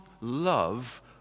love